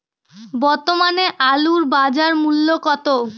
বর্তমানে আলুর বাজার মূল্য কত?